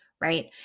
right